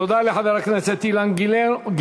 תודה לחבר הכנסת אילן גילאון.